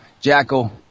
jackal